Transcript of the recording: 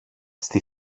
στη